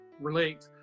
relate